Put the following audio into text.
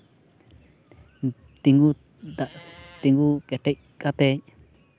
ᱛᱤᱸᱜᱩ ᱛᱤᱸᱜᱩ ᱠᱮᱴᱮᱡ ᱠᱟᱛᱮᱫ